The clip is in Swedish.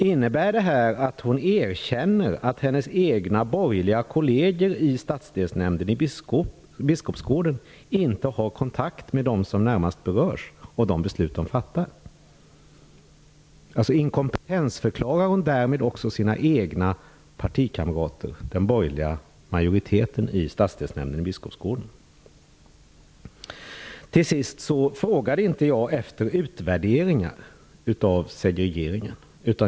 Innebär detta att hon erkänner att hennes egna borgerliga kolleger i stadsdelsnämnden i Biskopsgården inte har kontakt med dem som närmast berörs av de beslut man fattar? Inkompetensförklarar hon därmed också sina egna partikamrater, den borgerliga majoriteten i stadsdelsnämnden i Biskopsgården? Jag frågade inte efter utvärderingarna av segregeringen.